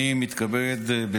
הנושא הבא על